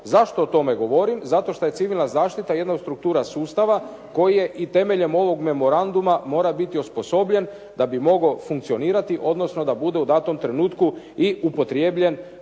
Zašto o tome govorim? Zato što je civilna zaštita jedna od struktura sustava koje i temeljem ovog memoranduma mora biti osposobljen da bi mogao funkcionirati, odnosno da bude u datom trenutku i upotrijebljen